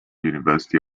university